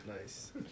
Nice